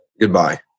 Goodbye